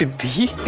ah be